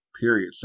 period